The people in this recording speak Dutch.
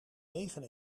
negen